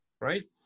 right